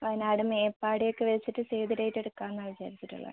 അതിന് അവിടെ മേപ്പാട ഒക്കെ വെച്ചിട്ട് സേവ് ദി ഡേറ്റ് എടുക്കാമെന്നാണ് വിചാരിച്ചിട്ട് ഉള്ളത്